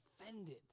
offended